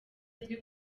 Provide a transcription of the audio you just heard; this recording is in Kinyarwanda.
izwi